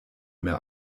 mehr